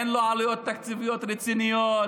אין לו עלויות תקציביות רציניות,